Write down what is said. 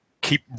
keep